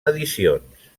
edicions